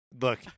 look